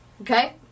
okay